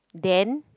then